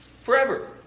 forever